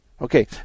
Okay